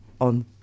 on